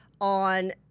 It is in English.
on